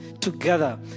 together